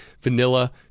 vanilla